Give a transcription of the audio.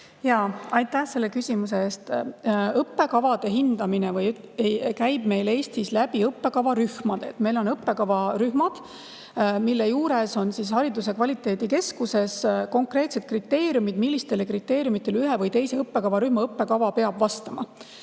Aitäh selle küsimuse eest! Õppekavade hindamine käib meil Eestis õppekavarühmade kaudu. Meil on õppekavarühmad, mille juures on hariduse kvaliteediagentuuri konkreetsed kriteeriumid, millistele nõuetele ühe või teise õppekavarühma õppekava peab vastama.